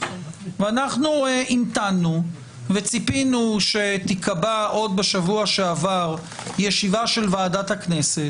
ואנחנו המתנו וציפינו שתיקבע עוד בשבוע שעבר ישיבה של ועדת הכנסת,